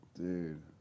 Dude